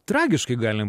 tragiškai galim